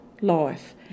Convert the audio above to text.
life